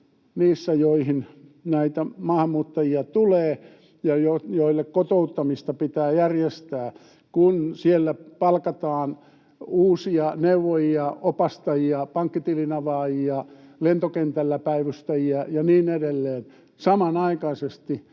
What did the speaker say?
joihin tulee näitä maahanmuuttajia, joille kotouttamista pitää järjestää, kun siellä palkataan uusia neuvojia, opastajia, pankkitilin avaajia, lentokentällä päivystäjiä ja niin edelleen samanaikaisesti,